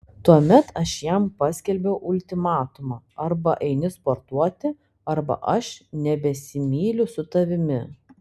tuomet aš jam paskelbiau ultimatumą arba eini sportuoti arba aš nebesimyliu su tavimi